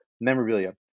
memorabilia